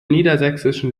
niedersächsischen